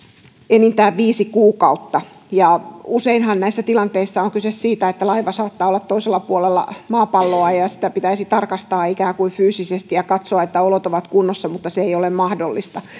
enintään viisi kuukautta useinhan näissä tilanteissa on kyse siitä että laiva saattaa olla toisella puolella maapalloa ja sitä pitäisi ikään kuin fyysisesti tarkastaa ja katsoa että olot ovat kunnossa mutta se ei ole mahdollista